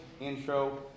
intro